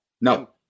No